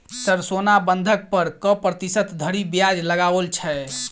Sir सोना बंधक पर कऽ प्रतिशत धरि ब्याज लगाओल छैय?